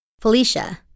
Felicia